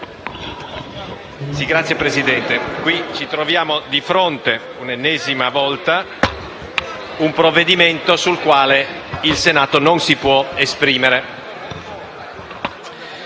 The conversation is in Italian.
Signora Presidente, ci troviamo di fronte per l'ennesima volta a un provvedimento sul quale il Senato non si può esprimere.